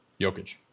Jokic